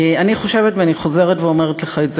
אני חושבת ואני חוזרת ואומרת לך את זה,